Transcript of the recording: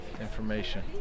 Information